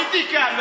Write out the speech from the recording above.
פוליטיקה.